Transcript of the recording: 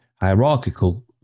hierarchical